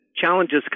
challenges